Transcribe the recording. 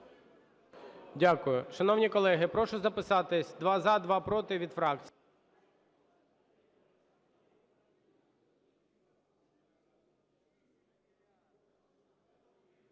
Дякую. Шановні колеги, прошу записатись: два – за, два – проти від фракцій.